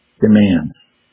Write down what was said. demands